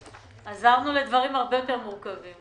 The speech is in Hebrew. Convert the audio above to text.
עזרנו לדברים הרבה יותר מורכבים,